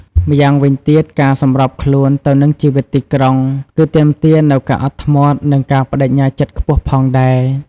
ម្យ៉ាងវិញទៀតការសម្របខ្លួនទៅនឹងជីវិតទីក្រុង គឺទាមទារនូវការអត់ធ្មត់ និងការប្ដេជ្ញាចិត្តខ្ពស់ផងដែរ។